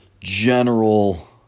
general